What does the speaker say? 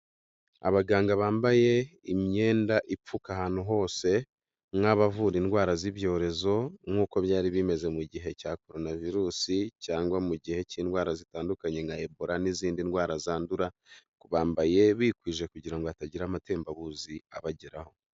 Abaganga bambaye imyenda ipfuka ahantu hose nk'abavura indwara z'ibyorezo nk'uko byari bimeze mu gihe cya koronavirusi cyangwa mu gihe cy'indwara zitandukanye nka ebora n'izindi ndwara zandura, bambaye bikwije kugira ngo hatagira amatembabuzi abageraho.